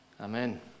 Amen